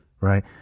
Right